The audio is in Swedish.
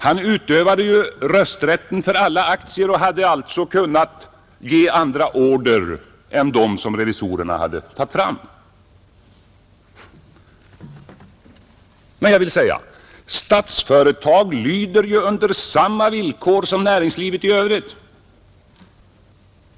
Han utövade rösträtten för alla aktier och hade alltså kunnat ge andra order än dem som revisorerna hade tagit fram. Statsföretag AB lyder ju under samma villkor som näringslivet i övrigt.